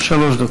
שלוש דקות.